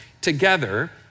together